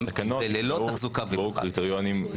זה ללא תחזוקה ופחת,